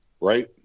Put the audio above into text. right